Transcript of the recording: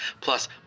plus